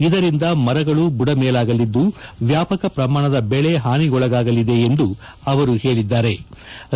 ಇದರಿಂದ ಮರಗಳು ಬಡಮೇಲಾಗಲಿದ್ಗು ವ್ಯಾಪಕ ಪ್ರಮಾಣದ ಬೆಳೆ ಹಾನಿಗೊಳಗಾಗಲಿದೆ ಎಂದು ಅವರು ಹೇಳಿದ್ಗಾರೆ